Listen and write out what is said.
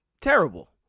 terrible